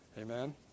Amen